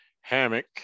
hammock